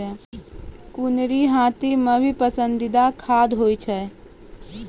कुनरी हाथी के भी पसंदीदा खाद्य होय छै